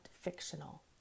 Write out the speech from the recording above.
fictional